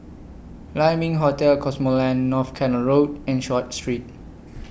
Lai Ming Hotel Cosmoland North Canal Road and Short Street